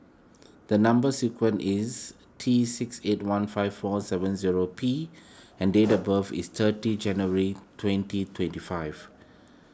the Number Sequence is T six eight one five four seven zero P and date of birth is thirty January twenty twenty five